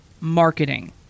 marketing